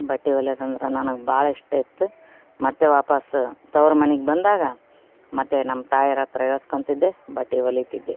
ಬಟ್ಟೆ ಹೊಲಿಯದಂದ್ರ ನನಗೆ ಭಾಳ ಇಷ್ಟ ಇತ್ತು ಮತ್ತೆ ವಾಪಾಸ್ಸು ತವ್ರು ಮನಿಗೆ ಬಂದಾಗ ಮತ್ತೆ ನಮ್ಮ ತಾಯವರ ಹತ್ರ ಹೇಳ್ಸ್ಕಳ್ತಿದ್ದೆ ಬಟ್ಟೆ ಹೊಲಿತಿದ್ದೆ